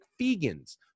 vegans